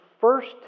first